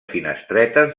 finestretes